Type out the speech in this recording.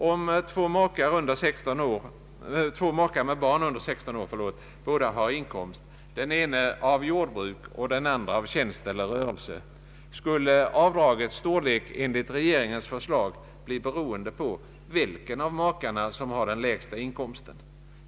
Om två makar med barn under 16 år båda har inkomst, den ene av jordbruk och den andre av tjänst eller rörelse, skulle avdragets storlek enligt regeringens förslag bli beroende av vilken av makarna som har den lägsta inkomsten.